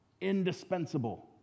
Indispensable